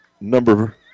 number